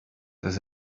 das